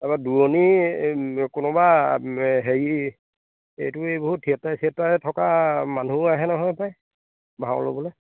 তাৰপৰা দূৰণি কোনোবা হেৰি এইটো এইবোৰ থিয়েটাৰে চিয়েটাৰে থকা মানুহো আহে নহয় হপায় ভাও ল'বলৈ